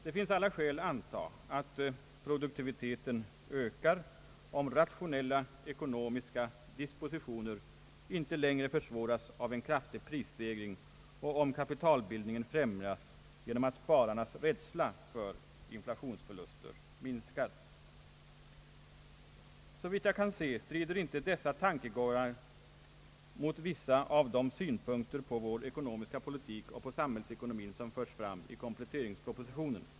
Det finns alla skäl att anta att produktiviteten ökar, om rationella ekonomiska dispositioner inte längre försvåras av en kraftig prisstegring och om kapitalbildningen främjas genom att spararnas rädsla för inflationsförluster minskas. Såvitt jag kan se strider inte dessa tankegångar mot vissa av de synpunkter på vår ekonomiska politik och på samhällsekonomin som förs fram i kompletteringspropositionen.